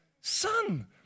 son